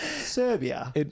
Serbia